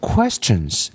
Questions